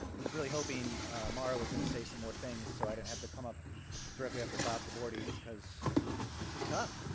was really hoping mara was gonna say some more things so i didn't have to come up directly after bob gabordi because this is tough.